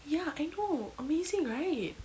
ya I know amazing right